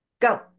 go